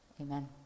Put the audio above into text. amen